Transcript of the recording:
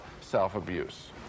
self-abuse